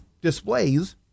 displays